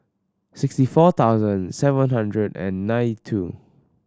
sixty four thousand seven hundred and nine two